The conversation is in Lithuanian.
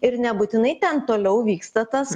ir nebūtinai ten toliau vyksta tas